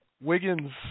Wiggins